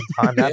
time